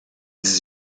dix